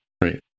Right